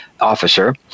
Officer